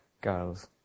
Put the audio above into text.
girls